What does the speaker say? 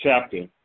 chapter